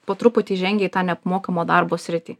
po truputį žengia į tą neapmokamo darbo sritį